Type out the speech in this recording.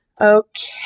Okay